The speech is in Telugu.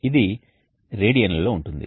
ఇది రేడియన్లలో ఉంటుంది